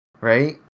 right